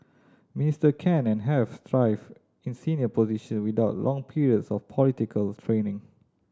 minister can and have thrived in senior position without long periods of political training